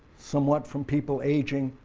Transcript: somewhat from people aging,